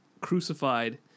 crucified